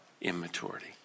Immaturity